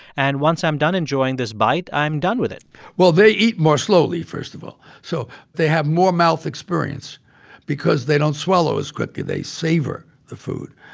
and once i'm done enjoying this bite, i'm done with it well, they eat more slowly, first of all. so they have more mouth experience because they don't swallow as quickly. they savor the food.